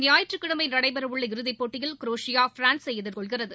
ஞாயிற்றுக்கிழமை நடைபெறவுள்ள இறுதிப்போட்டியில் குரேஷியா வரும் எதிர்கொள்கிறது